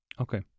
Okay